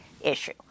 issue